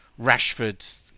Rashford